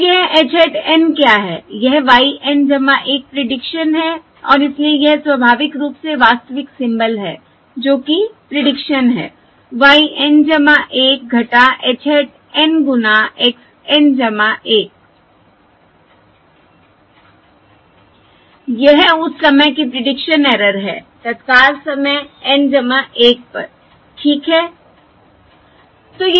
तो यह h hat N क्या है यह y N 1 प्रीडिक्शन है और इसलिए यह स्वाभाविक रूप से वास्तविक सिम्बल है जो कि प्रीडिक्शन है y N 1 h hat N गुना x N 1 यह उस समय की प्रीडिक्शन एरर है तत्काल समय N 1 पर ठीक है